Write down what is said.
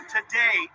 Today